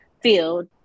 field